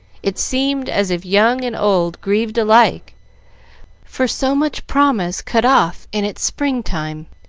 it seemed as if young and old grieved alike for so much promise cut off in its spring-time.